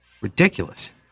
ridiculous